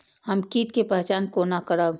हम कीट के पहचान कोना करब?